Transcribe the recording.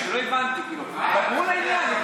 אבוטבול, הכוונה.